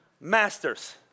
masters